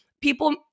people